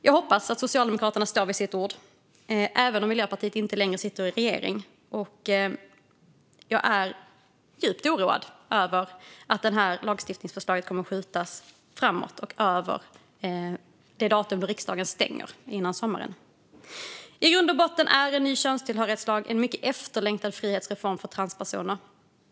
Jag hoppas att Socialdemokraterna står fast vid sitt ord även om Miljöpartiet inte längre sitter i regeringen. Jag är djupt oroad över att det här lagstiftningsförslaget kommer att skjutas framåt och förbi det datum då riksdagen stänger för sommaren. I grund och botten är en ny könstillhörighetslag en mycket efterlängtad frihetsreform för transpersoner.